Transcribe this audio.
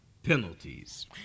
penalties